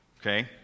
Okay